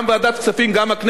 גם ועדת הכספים, גם הכנסת.